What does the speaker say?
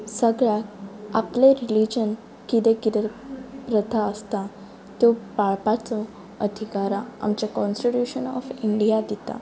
सगळ्याक आपलें रिलिजन कितें कितें प्रथा आसता त्यो पाळपाचो अधिकारा आमचें कॉन्स्टिट्युशन ऑफ इंडिया दिता